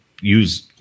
use